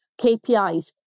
KPIs